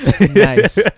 Nice